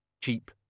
Cheap